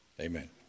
amen